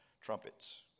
Trumpets